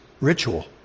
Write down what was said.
ritual